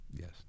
Yes